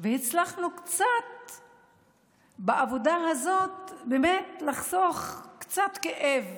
הצלחנו בעבודה הזאת באמת לחסוך קצת כאב